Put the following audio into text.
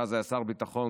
שאז היה שר הביטחון,